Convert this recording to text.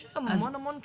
יש לו גם המון-המון כלים.